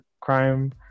crime